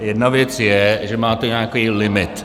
Jedna věc je, že máte nějaký limit.